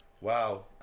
Wow